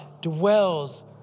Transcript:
dwells